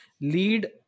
lead